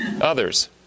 Others